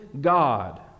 God